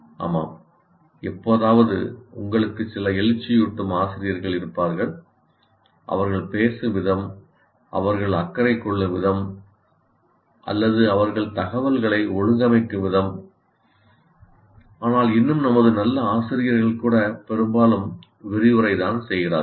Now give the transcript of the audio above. ஆமாம் எப்போதாவது உங்களுக்கு சில எழுச்சியூட்டும் ஆசிரியர்கள் இருப்பார்கள் அவர்கள் பேசும் விதம் அவர்கள் அக்கறை கொள்ளும் விதம் அல்லது அவர்கள் தகவல்களை ஒழுங்கமைக்கும் விதம் ஆனால் இன்னும் நமது நல்ல ஆசிரியர்கள் கூட பெரும்பாலும் விரிவுரை தான் செய்கிறார்கள்